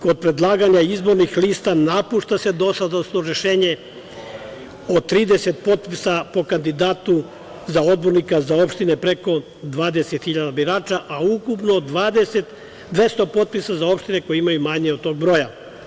Kod predlaganja izbornih lista napušta se dosadašnje rešenje od 30 potpisa po kandidatu za odbornika za opštine preko 20 hiljada birača, a ukupno 200 potpisa za opštine koje imaju manje od tog broja.